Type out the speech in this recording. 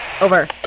Over